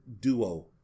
duo